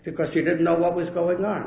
because he didn't know what was going